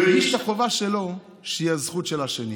הוא הרגיש את החובה שלו, שהיא הזכות של השני.